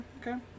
okay